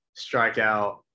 strikeout